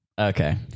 Okay